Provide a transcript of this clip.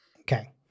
Okay